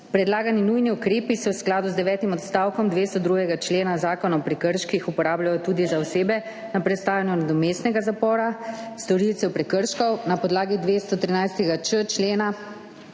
Predlagani nujni ukrepi se v skladu z devetim odstavkom 202. člena Zakona o prekrških uporabljajo tudi za osebe na prestajanju nadomestnega zapora storilcev prekrškov, na podlagi 213.č člena